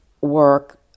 work